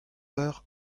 eur